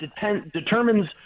Determines